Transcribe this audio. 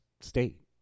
state